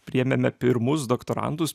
priėmėme pirmus doktorantus